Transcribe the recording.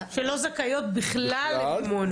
שלא זכאיות בכלל למימון.